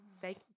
thank